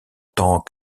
tant